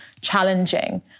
challenging